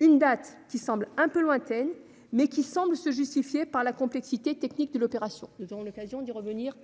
Cette date semble un peu lointaine, mais elle peut se justifier par la complexité technique de l'opération ; nous aurons l'occasion d'y revenir.